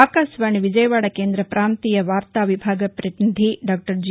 ఆకాశవాణి విజయవాడ కేంద్ర ప్రాంతీయ వార్తా విభాగ ప్రతినిధి డాక్టర్ జి